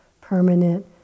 permanent